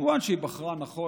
מובן שהיא בחרה נכון,